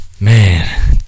Man